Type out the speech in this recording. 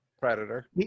predator